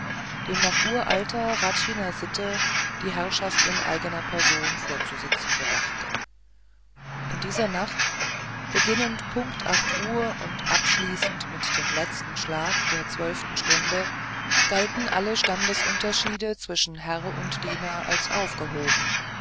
dem nach uralter hradschiner sitte die herrschaft in eigener person vorzusitzen gedachte in dieser nacht beginnend punkt acht uhr und abschließend mit dem letzten schlag der zwölften stunde galten alle standesunterschiede zwischen herr und diener als aufgehoben